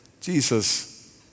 Jesus